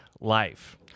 life